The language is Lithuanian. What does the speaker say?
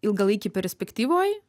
ilgalaikėj perspektyvoj